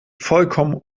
vollkommen